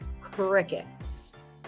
crickets